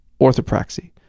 orthopraxy